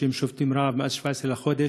ששובתים רעב מאז 17 לחודש.